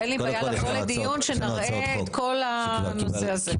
אין לי בעיה לבוא לדיון שנראה את כל הנושא הזה.